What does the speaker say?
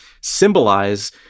symbolize